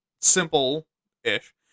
simple-ish